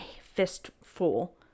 fistful